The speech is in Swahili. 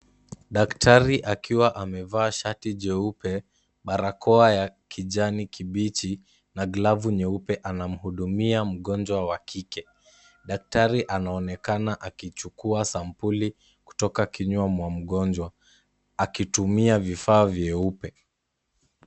Daktari akiwa amevaa shati jeupe, barakoa ya kijani kibichi, na glavu nyeupe anamhudumia mgonjwa wa kike. Daktari anaonekana akichukua sampuli kutoka kinywa mwa mgonjwa, akitumia vifaa vyeyupe.